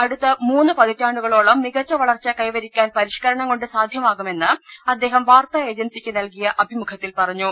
അടുത്ത മൂന്ന് പതിറ്റാ ണ്ടുകളോളം മികച്ച വളർച്ച കൈവരിക്കാൻ പരിഷ്ക്കരണം കൊണ്ട് സാധ്യമാകുമെന്ന് അദ്ദേഹം വാർത്താ ഏജൻസിയ്ക്ക് നൽകിയ അഭിമുഖത്തിൽ പറഞ്ഞു